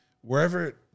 wherever